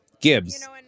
Gibbs